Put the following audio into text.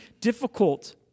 difficult